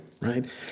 right